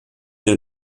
der